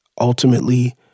ultimately